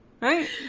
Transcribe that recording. Right